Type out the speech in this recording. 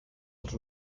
als